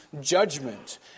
judgment